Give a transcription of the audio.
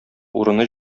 урыны